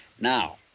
Now